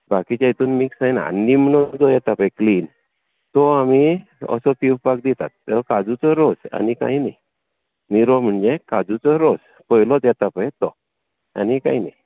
बाकिच्या हातून मिक्स जायना आनी निमणो जो येता पळय क्लीन तो आमी असो पिवपाक दितात तो काजूचो रोस आनी कांय न्हय निरो म्हणजे काजूचो रोस पयलोच येता पळय तो आनी कांय न्हय